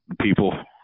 people